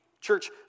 Church